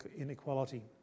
inequality